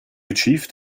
achieve